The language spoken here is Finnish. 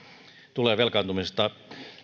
velkaantumisesta